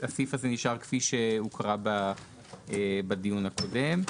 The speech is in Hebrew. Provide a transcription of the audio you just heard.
הסעיף הזה נשאר כפי שהוקרא בדיון הקודם.